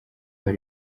muri